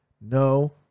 No